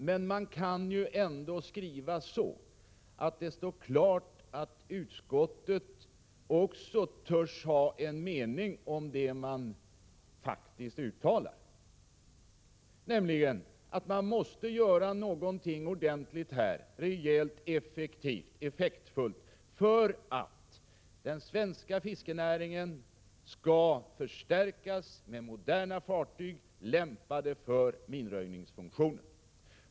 Men man kan ändå skriva på ett sådant sätt att det står klart att utskottet också törs ha en mening om det som man faktiskt uttalar, nämligen att det i detta sammanhang måste göras någonting ordentligt, rejält och effektfullt, för att den svenska fiskenäringen skall förstärkas med moderna fartyg, lämpade för minröjningsfunktionen.